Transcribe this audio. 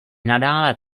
nadále